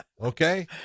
Okay